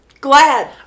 glad